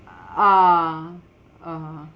ah ah